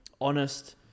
honest